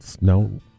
No